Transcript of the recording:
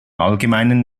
allgemeinen